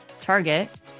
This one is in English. Target